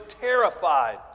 terrified